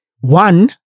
One